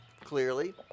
clearly